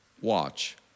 watch